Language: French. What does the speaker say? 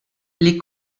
les